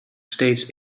steeds